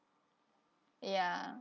ya